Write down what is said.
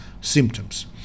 symptoms